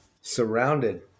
surrounded